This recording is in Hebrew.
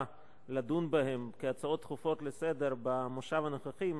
לדון בהם כהצעות דחופות לסדר-היום במושב הנוכחי,